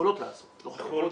יכולות לעשות חיבור.